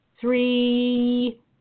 three